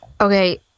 Okay